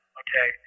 okay